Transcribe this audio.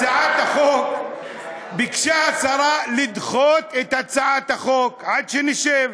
בתשובה על הצעת החוק ביקשה השרה לדחות את הצעת החוק עד שנשב,